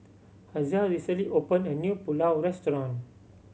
Hazelle recently opened a new Pulao Restaurant